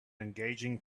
engaging